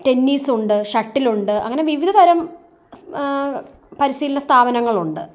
tennis ഉണ്ട് shuttle ഉണ്ട് അങ്ങനെ വിവിധതരം പരിശീലന സ്ഥാപനങ്ങളുണ്ട്